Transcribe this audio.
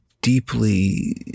deeply